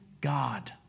god